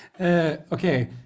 Okay